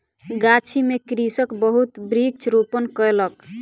गाछी में कृषक बहुत वृक्ष रोपण कयलक